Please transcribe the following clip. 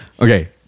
Okay